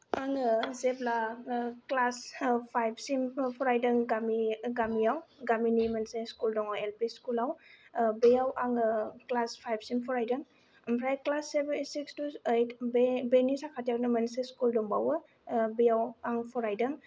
आङो जेब्ला ओ क्लास ओ फाइफसिम फरायदों गामि गामिआव गामिनि मोनसे स्कुल दङ एल पि स्कुलाव बेयाव आङो क्लास फाइफसिम फरायदों ओमफ्राय class seven class six to eight बेनि साखाथियावनो मोनसे स्कुल दंबावो ओ बेयाव आं फरायदों